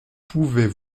pouvait